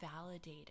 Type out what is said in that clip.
validated